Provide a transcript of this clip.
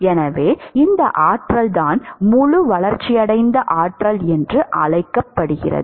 எனவே இந்த ஆற்றல்தான் முழு வளர்ச்சியடைந்த ஆற்றல் என்று அழைக்கப்படுகிறது